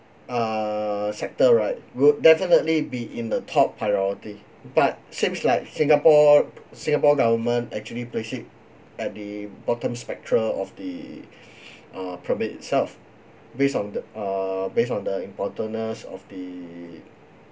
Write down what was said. err sector right would definitely be in the top priority but seems like singapore singapore government actually place it at the bottom spectra of the uh permit itself based on the err based on the importance of the